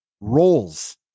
roles